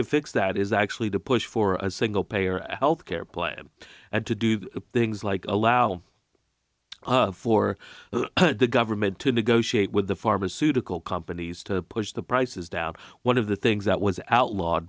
to fix that is actually to push for a single payer health care plan and to do things like allow for the government to negotiate with the pharmaceutical companies to push the prices down one of the things that was outlawed